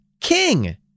king